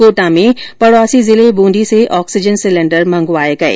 कोटा में पड़ौसी जिले बूंदी से ऑक्सीजन सिलेंडर मंगवाए गए हैं